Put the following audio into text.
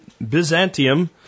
Byzantium